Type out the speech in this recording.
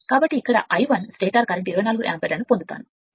కాబట్టి ఇక్కడ I 1 stator current 24 యాంపియర్లను పొందుతాను